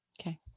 Okay